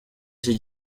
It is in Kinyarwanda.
iki